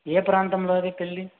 ఏ ప్రాంతంలో అది పెళ్ళి